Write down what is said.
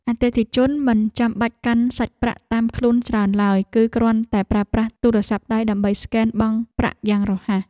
អតិថិជនមិនចាំបាច់កាន់សាច់ប្រាក់តាមខ្លួនច្រើនឡើយ គឺគ្រាន់តែប្រើប្រាស់ទូរស័ព្ទដៃដើម្បីស្កែនបង់ប្រាក់យ៉ាងរហ័ស។